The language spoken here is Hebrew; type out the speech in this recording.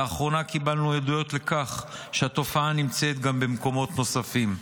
לאחרונה קיבלנו עדויות לכך שהתופעה נמצאת גם במקומות נוספים.